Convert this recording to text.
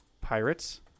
Pirates